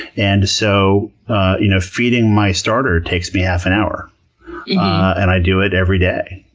and so you know feeding my starter takes me half an hour and i do it every day.